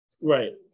right